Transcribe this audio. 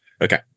Okay